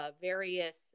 various